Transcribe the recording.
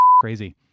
crazy